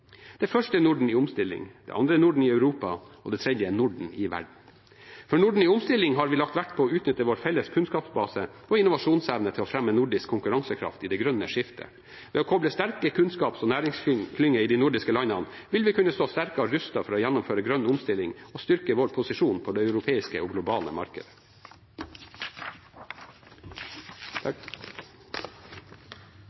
første er Norden i omstilling, den andre er Norden i Europa, og den tredje er Norden i verden. For Norden i omstilling har vi lagt vekt på å utnytte vår felles kunnskapsbase og innovasjonsevne til å fremme nordisk konkurransekraft i det grønne skiftet. Ved å koble sterke kunnskaps- og næringsklynger i de nordiske landene vil vi kunne stå sterkere rustet for å gjennomføre grønn omstilling og styrke vår posisjon på det europeiske og globale